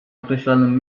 określonym